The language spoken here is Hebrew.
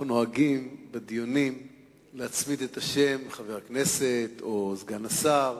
אנחנו נוהגים בדיונים במליאה להצמיד את התואר "חבר הכנסת" או "סגן השר".